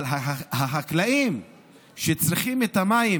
אבל החקלאים שצריכים את המים